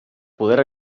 poder